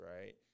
right